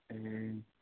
ए